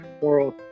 world